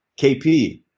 KP